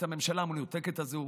את הממשלה המנותקת הזו